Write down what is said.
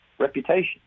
reputation